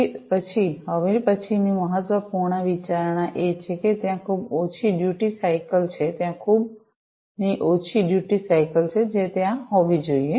તે પછી હવે પછીની મહત્વપૂર્ણ વિચારણા એ છે કે ત્યાં ખૂબ ઓછી ડ્યૂટી સાયકલ છે ત્યાં ખૂબ ખૂબ ની ઓછી ડ્યૂટી સાયકલ છે જે ત્યાં હોવી જોઈએ